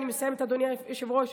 אני מסיימת אדוני היושב-ראש,